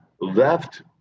left